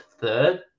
third